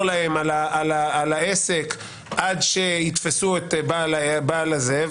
להם על העסק עד שיתפסו את בעל הזה,